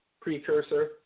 precursor